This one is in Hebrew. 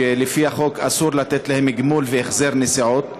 שלפי החוק אסור לתת להם גמול והחזר נסיעות,